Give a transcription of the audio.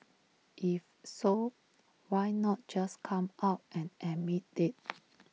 if so why not just come out and admit IT